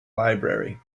library